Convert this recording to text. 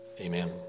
Amen